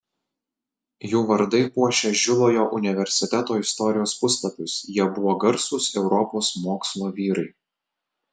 jų vardai puošia žilojo universiteto istorijos puslapius jie buvo garsūs europos mokslo vyrai